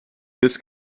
this